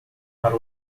para